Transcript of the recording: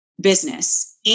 business